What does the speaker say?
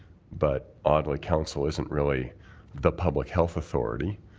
but oddly council isn't really the public health authority.